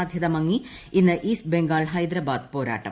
സാധ്യത മങ്ങി ഇന്ന് ഈസ്റ്റ് ബംഗാൾ ഹൈദരാബാദ് പോരാട്ടം